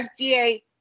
FDA